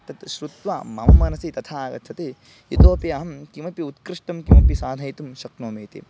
तत् शृत्वा मम मनसि तथा आगच्छति इतोपि अहं किमपि उत्कृष्टं किमपि साधयितुं शक्नोमि इति